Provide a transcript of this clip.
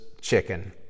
chicken